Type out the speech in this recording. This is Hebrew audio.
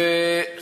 מי נתן את ההוראה?